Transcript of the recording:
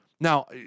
Now